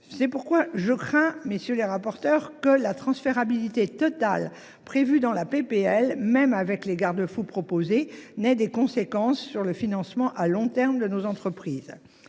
C'est pourquoi je crains messieurs les rapporteurs que la transférabilité total prévu dans la PPL même avec les garde-fous proposés n'ait des conséquences sur le financement à long terme de nos entreprises.